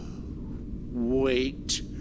Wait